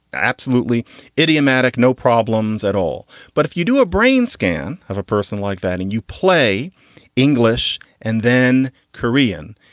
absolutely idiomatic. no problems at all. but if you do a brain scan of a person like that and you play english and then korean,